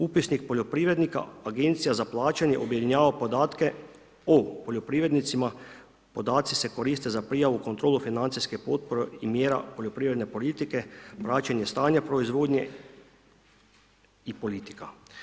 Upisnik poljoprivrednika, Agencija za plaćanje objedinjava podatke o poljoprivrednicima, podaci se koriste za prijavu kontrolu financijske potpore i mjera poljoprivredne politike, praćenje stanja proizvodnje i politika.